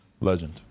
Legend